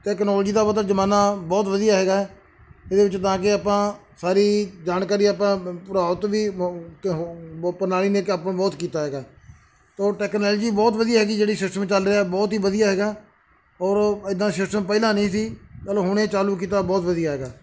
technology ਦਾ ਮਤਲਬ ਜ਼ਮਾਨਾ ਬਹੁਤ ਵਧੀਆ ਹੈਗਾ ਇਹਦੇ ਵਿੱਚ ਤਾਂ ਕਿ ਆਪਾਂ ਸਾਰੀ ਜਾਣਕਾਰੀ ਆਪਾਂ ਭਰਾਉ ਤੋਂ ਵੀ ਪ੍ਰਣਾਲੀ ਨੇ ਕਿ ਆਪਾਂ ਬਹੁਤ ਕੀਤਾ ਹੈਗਾ ਤਾਂ ਟੈਕਨੋਲੋਜੀ ਬਹੁਤ ਵਧੀਆ ਹੈਗੀ ਜਿਹੜਾ ਸਿਸਟਮ ਚੱਲ ਰਿਹਾ ਬਹੁਤ ਹੀ ਵਧੀਆ ਹੈਗਾ ਔਰ ਇੱਦਾਂ ਸਿਸਟਮ ਪਹਿਲਾਂ ਨਹੀਂ ਸੀ ਚਲੋ ਹੁਣੇ ਚਾਲੂ ਕੀਤਾ ਬਹੁਤ ਵਧੀਆ ਹੈਗਾ